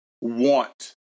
want